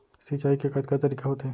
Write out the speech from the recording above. सिंचाई के कतका तरीक़ा होथे?